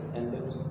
ended